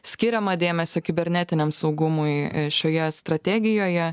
skiriama dėmesio kibernetiniam saugumui šioje strategijoje